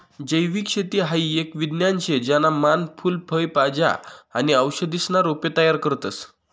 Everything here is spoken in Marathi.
जैविक शेती हाई एक विज्ञान शे ज्याना मान फूल फय भाज्या आणि औषधीसना रोपे तयार करतस